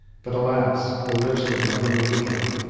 but alas! the lips would never move again.